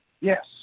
Yes